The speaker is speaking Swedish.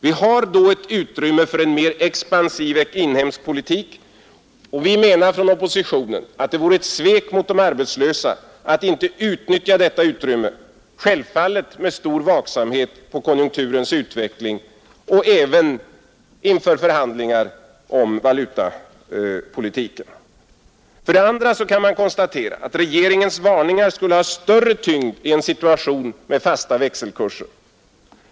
Vi har då ett utrymme för en mer expansiv inhemsk politik, och vi menar från oppositionen att det vore ett svek mot de arbetslösa att inte utnyttja detta utrymme, självfallet med stor vaksamhet på konjunkturens utveckling och även inför förhandlingar om valutapolitiken. För det andra kan man konstatera att regeringens varningar skulle ha större tyngd i en situation med fasta växelkurser.